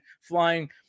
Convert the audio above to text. flying